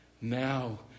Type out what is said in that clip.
now